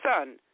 son